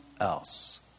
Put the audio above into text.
else